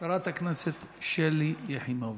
חברת הכנסת שלי יחימוביץ.